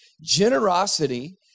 Generosity